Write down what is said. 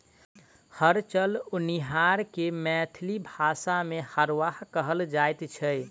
हर चलओनिहार के मैथिली भाषा मे हरवाह कहल जाइत छै